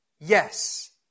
Yes